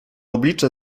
oblicze